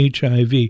HIV